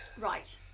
right